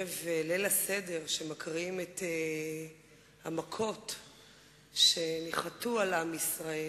בגלל הפוגענות של ממשלת ישראל.